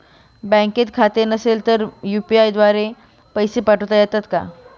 बँकेत खाते नसेल तर यू.पी.आय द्वारे पैसे पाठवता येतात का?